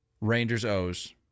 Rangers-O's